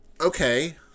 okay